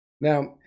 Now